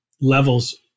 levels